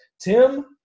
Tim